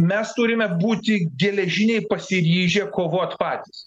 mes turime būti geležiniai pasiryžę kovot patys